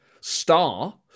star